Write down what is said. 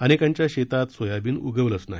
अनेकांच्या शेतात सोयाबीन उगवलंच नाही